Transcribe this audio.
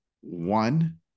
One